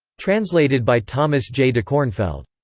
translated by thomas j. dekornfeld.